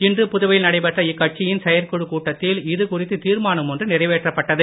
இன்று புதுவையில் நடைபெற்ற இக்கட்சியின் செயற்குழு கூட்டத்தில் இது குறித்து தீர்மானம் ஒன்று நிறைவேற்றப்பட்டது